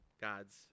God's